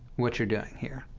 what you're doing here.